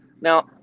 Now